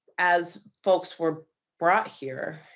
as folks were brought here,